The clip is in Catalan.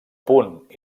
punt